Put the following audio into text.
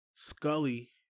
scully